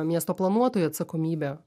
miesto planuotojų atsakomybė